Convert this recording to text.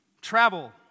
Travel